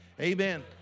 Amen